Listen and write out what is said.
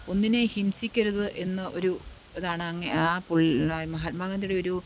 ഒന്നിനെയും ഹിംസിക്കരുത് എന്ന ഒരു ഇതാണ് അങ്ങേ ആ പുല് മഹാത്മാഗാന്ധിയുടെ ഒരു